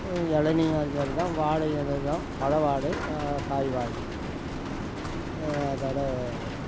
இளநியும் அதுமாதிரி தான் வாழையும் அதேதான் பல வாழை க காய் வாழை அதோடு